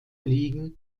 liegen